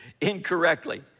incorrectly